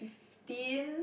fifteen